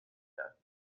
کرد